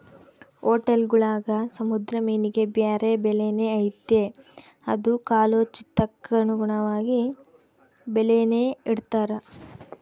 ಹೊಟೇಲ್ಗುಳಾಗ ಸಮುದ್ರ ಮೀನಿಗೆ ಬ್ಯಾರೆ ಬೆಲೆನೇ ಐತೆ ಅದು ಕಾಲೋಚಿತಕ್ಕನುಗುಣವಾಗಿ ಬೆಲೇನ ಇಡ್ತಾರ